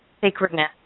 sacredness